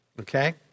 okay